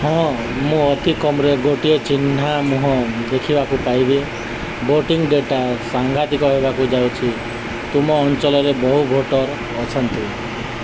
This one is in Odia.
ହଁ ମୁଁ ଅତି କମ୍ରେ ଗୋଟିଏ ଚିହ୍ନା ମୁହଁ ଦେଖିବାକୁ ପାଇବି ଭୋଟିଂ ଡେଟା ସାଙ୍ଘାତିକ ହେବାକୁ ଯାଉଛି ତୁମ ଅଞ୍ଚଳରେ ବହୁ ଭୋଟର ଅଛନ୍ତି